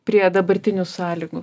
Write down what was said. prie dabartinių sąlygų